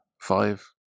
five